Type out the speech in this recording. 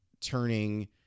turning